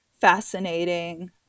fascinating